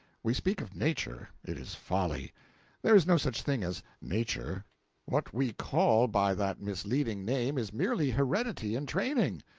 we speak of nature it is folly there is no such thing as nature what we call by that misleading name is merely heredity and training.